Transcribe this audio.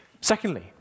Secondly